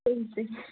صحی صحی